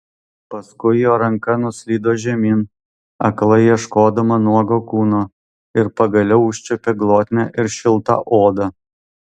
paskui jo ranka nuslydo žemyn aklai ieškodama nuogo kūno ir pagaliau užčiuopė glotnią ir šiltą odą